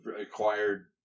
acquired